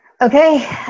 Okay